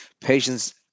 patients